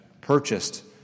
purchased